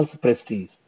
prestige